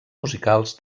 musicals